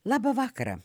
labą vakarą